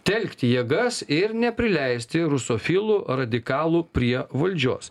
telkti jėgas ir neprileisti rusofilų radikalų prie valdžios